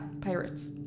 pirates